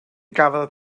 gafodd